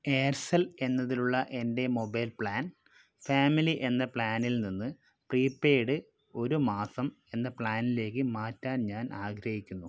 Aircel എന്നതിലുള്ള എൻ്റെ mobile plan family എന്ന പ്ലാനിൽനിന്ന് പ്രീപെയ്ഡ് ഒരു മാസം എന്ന പ്ലാനിലേക്ക് മാറ്റാൻ ഞാൻ ആഗ്രഹിക്കുന്നു